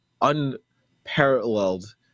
unparalleled